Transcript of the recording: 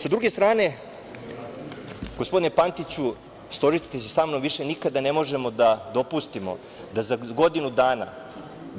Sa druge strane, gospodine Pantiću, složićete se sa mnom, više nikada ne možemo da dopustimo da za godinu dana